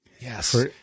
yes